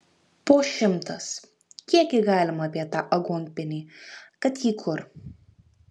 po šimtas kiekgi galima apie tą aguonpienį kad jį kur